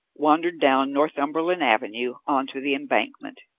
wandered down northumberland avenue on to the embankment.